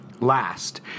last